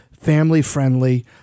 family-friendly